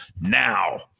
now